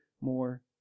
more